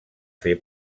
fer